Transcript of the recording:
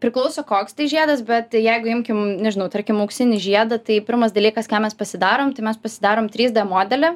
priklauso koks tai žiedas bet jeigu imkime nežinau tarkim auksinį žiedą tai pirmas dalykas ką mes pasidarom tai mes pasidarom trys d modelį